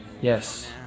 Yes